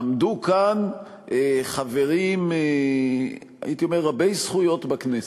עמדו כאן חברים, הייתי אומר רבי זכויות, בכנסת,